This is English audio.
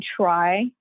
try